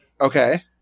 Okay